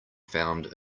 found